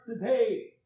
today